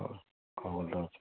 খবর